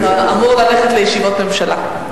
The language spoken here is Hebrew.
אמור ללכת לישיבת ממשלה.